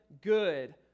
good